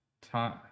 time